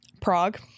Prague